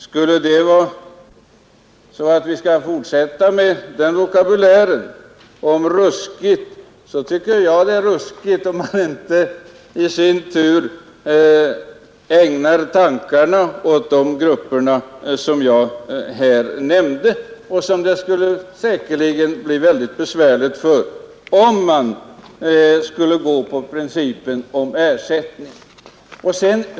Skall vi fortsätta med den vokabulären tycker jag det är ruskigt om man inte ägnar några tankar åt de grupper som jag här nämnt och som det säkerligen skulle bli mycket besvärligt för om man skulle följa ersättningsprincipen.